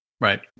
Right